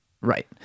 Right